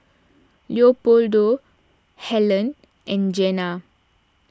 Leopoldo Hellen and Jenna